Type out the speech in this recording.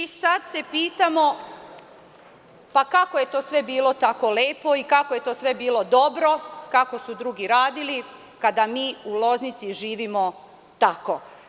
Sada se pitamo – kako je to sve bilo tako lepo i kako je to sve bilo dobro, kako su drugi radili kada mi u Loznici živimo tako.